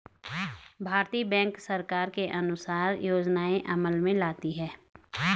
भारतीय बैंक सरकार के अनुसार योजनाएं अमल में लाती है